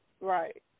Right